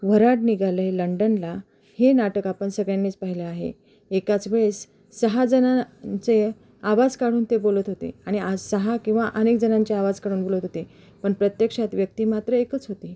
वऱ्हाड निघालंय लंडनला हे नाटक आपण सगळ्यांनीच पाहिलं आहे एकाच वेळेस सहा जणांन चे आवाज काढून ते बोलत होते आणि आज सहा किंवा अनेक जणांचे आवाज काढून बोलत होते पण प्रत्यक्षात व्यक्ती मात्र एकच होती